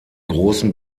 großen